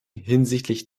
hinsichtlich